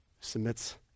submits